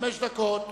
חמש דקות.